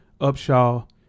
Upshaw